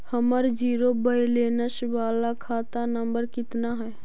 हमर zero balance बाला खाता नम्बर कितना है?